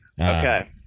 okay